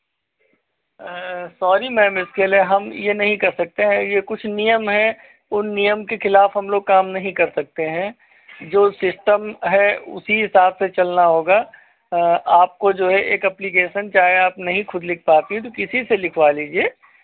sorry ma'am इसके लिए हम ये नहीं कर सकते हैं ये कुछ नियम है उन नियम के खिलाफ़ हमलोग काम नहीं कर सकते हैं जो सिस्टम है उसी हिसाब से चलना होगा आपको जो है एक अप्लीकेशन चाहे आप नहीं खुद लिख पाती हैं तो किसी से लिखवा लीजिए